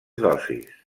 dosis